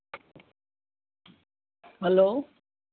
hello